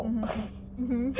mm mm mmhmm